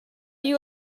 you